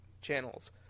channels